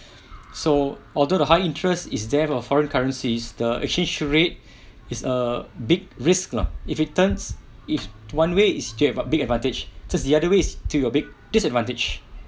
so although the high interest is there for foreign currencies the exchange rate is a big risk lah if it turns if one way is still a big advantage just the other ways is to your big disadvantage